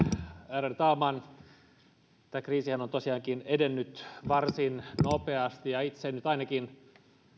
ärade talman tämä kriisihän on tosiaankin edennyt varsin nopeasti itse nyt ainakin